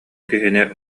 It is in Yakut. киһини